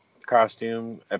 costume